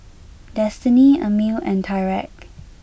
Destiney Amil and Tyrek